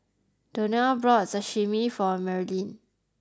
Donnell bought Sashimi for Marilynn